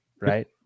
right